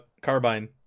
carbine